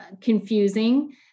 confusing